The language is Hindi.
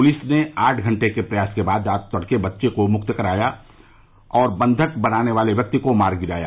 पुलिस ने आठ घंटे के प्रयास के बाद आज तड़के बच्चों को मुक्त कराया और बंधक बनाने वाले व्यक्ति को मार गिराया